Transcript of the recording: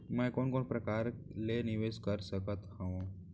मैं कोन कोन प्रकार ले निवेश कर सकत हओं?